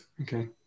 Okay